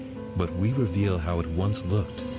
but we reveal how it once looked.